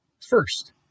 First